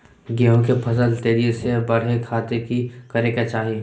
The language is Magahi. गेहूं के फसल तेजी से बढ़े खातिर की करके चाहि?